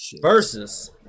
versus